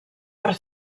per